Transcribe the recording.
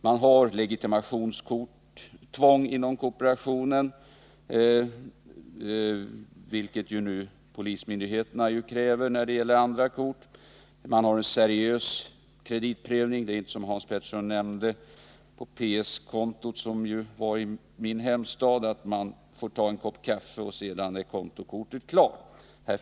Man har vidare legitimationstvång inom kooperationen, något som polismyndigheterna nu kräver när det gäller kontokort. Man har en seriös kreditprövning. Det går inte till på det sätt som Hans Petersson nämnde när det gäller PS-konto. I min hemstad går det också så till när det gäller PS-konto att man tar en kopp kaffe medan man väntar, och sedan är kontokortet klart.